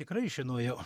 tikrai žinojau